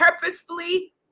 Purposefully